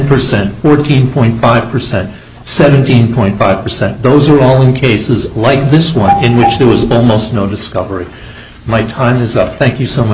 percent fourteen point five percent seventeen point five percent those are all in cases like this one in which there was almost no discovery my time is up thank you so much